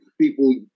people